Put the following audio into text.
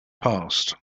passed